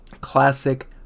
classic